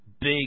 big